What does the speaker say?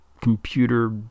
computer